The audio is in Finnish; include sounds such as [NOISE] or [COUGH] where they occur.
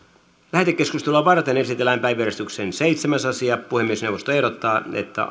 lähetekeskustelua varten esitellään päiväjärjestyksen seitsemäs asia puhemiesneuvosto ehdottaa että [UNINTELLIGIBLE]